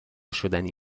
شدنی